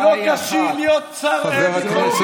גם לא כשיר להיות שר לביטחון פנים,